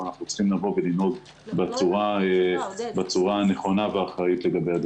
אבל אנחנו צריכים לבוא וללמוד בצורה הנכונה והאחראית לגבי זה.